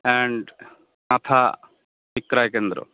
and কাঁথা বিক্রয় কেন্দ্র